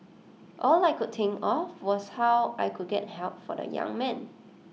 all I could think of was how I could get help for the young man